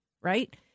right